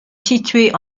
situé